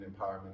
empowerment